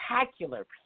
spectacular